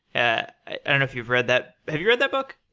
ah i don't know if you've read that. have you read that book?